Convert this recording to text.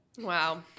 Wow